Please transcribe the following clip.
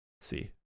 see